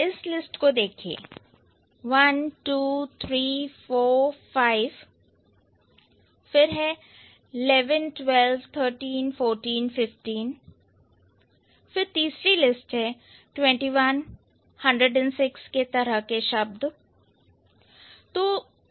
इस लिस्ट को देखिए one two three four five eleven twelve thirteen fourteen fifteen फिर तीसरी लिस्ट है twenty one hundred and six के तरह के शब्द